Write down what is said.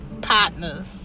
partners